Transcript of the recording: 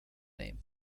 name